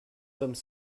hommes